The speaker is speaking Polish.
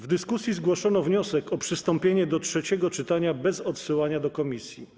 W dyskusji zgłoszono wniosek o przystąpienie do trzeciego czytania bez odsyłania do komisji.